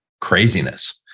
craziness